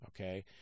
okay